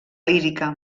lírica